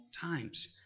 times